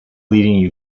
leading